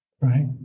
right